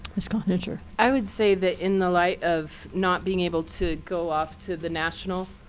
mrs. cloninger. i would say that in the light of not being able to go off to the national